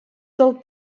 del